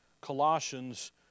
Colossians